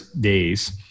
days